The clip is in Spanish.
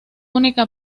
única